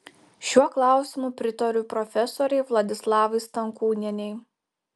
šiuo klausimu pritariu profesorei vladislavai stankūnienei